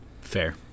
Fair